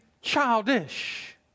childish